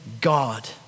God